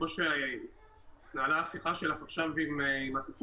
כמו ש- -- השיחה שלך עכשיו עם הפיקוח,